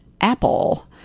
apple